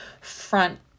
front